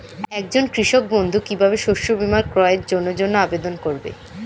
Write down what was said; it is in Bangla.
একজন কৃষক বন্ধু কিভাবে শস্য বীমার ক্রয়ের জন্যজন্য আবেদন করবে?